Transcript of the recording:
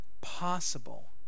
possible